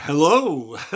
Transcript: Hello